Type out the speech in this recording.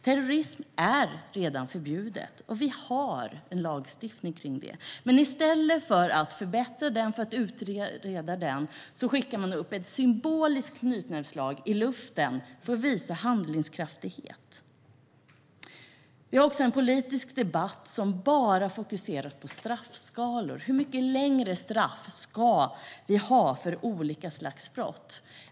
Terrorism är redan förbjudet, och det finns en lagstiftning för det. Men i stället för att förbättra och utreda den skickar man upp ett symboliskt knytnävsslag för att visa handlingskraft. Vi har också en politisk debatt som bara fokuserar på straffskalor. Hur mycket längre straff ska vi ha för olika slags brott?